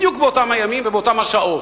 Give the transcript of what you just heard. בדיוק באותם הימים ובאותן השעות.